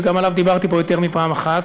וגם עליו דיברתי פה יותר מפעם אחת,